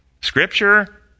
Scripture